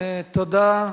תודה.